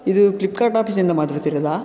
ಇದು ಫ್ಲಿಪ್ಕಾರ್ಟ್ ಆಪೀಸಿಂದ ಮಾತಾಡ್ತಿರೋದಾ